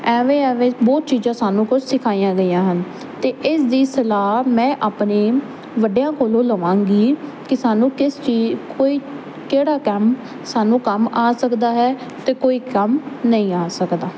ਐਵੇਂ ਐਵੇਂ ਬਹੁਤ ਚੀਜ਼ਾਂ ਸਾਨੂੰ ਕੁਝ ਸਿਖਾਈਆਂ ਗਈਆਂ ਹਨ ਤੇ ਇਸ ਦੀ ਸਲਾਹ ਮੈਂ ਆਪਣੇ ਵੱਡਿਆਂ ਕੋਲੋਂ ਲਵਾਂਗੀ ਕਿ ਸਾਨੂੰ ਕਿਸ ਚੀਜ਼ ਕੋਈ ਕਿਹੜਾ ਕੰਮ ਸਾਨੂੰ ਕੰਮ ਆ ਸਕਦਾ ਹੈ ਤੇ ਕੋਈ ਕੰਮ ਨਹੀਂ ਆ ਸਕਦਾ